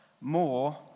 more